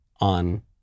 on